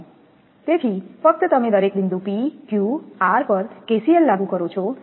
તેથી ફક્ત તમે દરેક બિંદુ P Q R પર KCL લાગુ કરો છો